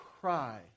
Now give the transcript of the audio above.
cry